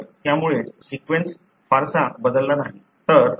तर त्यामुळेच सीक्वेन्स फारसा बदलला नाही